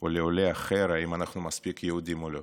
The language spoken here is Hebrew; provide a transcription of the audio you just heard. או לעולה אחר אם אנחנו מספיק יהודים או לא.